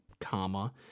comma